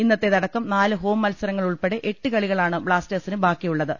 ഇന്നത്തേതടക്കം നാല് ഹോം മത്സരങ്ങ ളുൾപ്പെടെ എട്ട് കളികളാണ് ബ്ലാസ്റ്റേഴ്സിന് ബാക്കിയുളളത്